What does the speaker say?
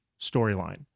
storyline